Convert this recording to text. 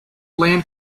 land